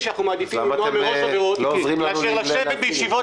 אנחנו מעדיפים למנוע מראש עבירות מאשר לשבת בישיבות